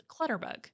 Clutterbug